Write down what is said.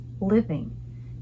living